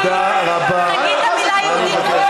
תגיד את המילה יהודית.